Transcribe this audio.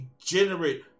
degenerate